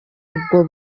ubwo